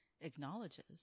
acknowledges